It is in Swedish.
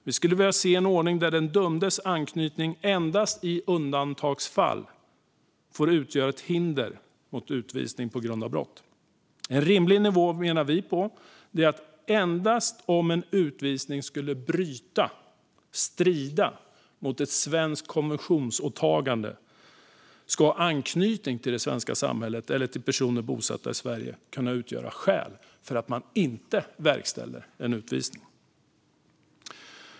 Vi skulle vilja se en ordning där den dömdes anknytning endast i undantagsfall får utgöra ett hinder mot utvisning på grund av brott. En rimlig nivå, menar vi, är att endast om en utvisning skulle strida mot ett svenskt konventionsåtagande ska anknytning till det svenska samhället eller till personer bosatta i Sverige kunna utgöra skäl för att inte verkställa en utvisning.